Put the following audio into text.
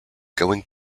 going